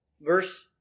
Verse